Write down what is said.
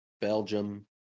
Belgium